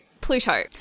Pluto